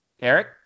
Eric